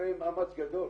אחרי מאמץ גדול